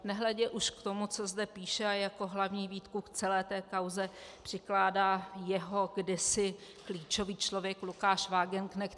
Nehledě už k tomu, co zde píše, a jako hlavní výtku k celé té kauze přikládá jeho kdysi klíčový člověk Lukáš Wagenknecht.